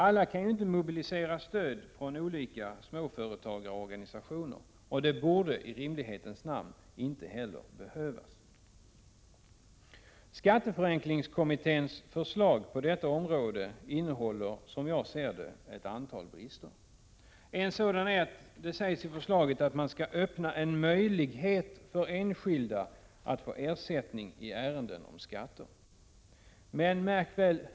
Alla kan ju inte mobilisera stöd från olika småföretagarorganisationer — och det borde i rimlighetens namn inte heller behövas. Skatteförenklingskommitténs förslag på detta område innehåller som jag ser det ett antal brister. En sådan är att det i förslaget sägs att man skall öppna en möjlighet för enskilda att få ersättning i ärenden om skatter. Men — märk väl!